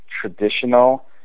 traditional